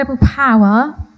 power